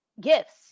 gifts